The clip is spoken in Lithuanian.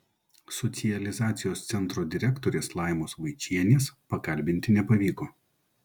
socializacijos centro direktorės laimos vaičienės pakalbinti nepavyko